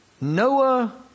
Noah